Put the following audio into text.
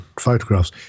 photographs